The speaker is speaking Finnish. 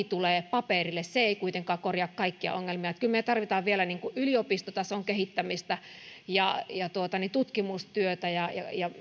tulee paperille ei kuitenkaan korjaa kaikkia ongelmia kyllä me tarvitsemme vielä yliopistotason kehittämistä ja tutkimustyötä ja